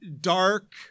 dark